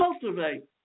Cultivate